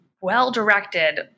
well-directed